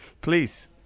Please